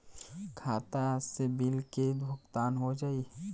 खाता से बिल के भुगतान हो जाई?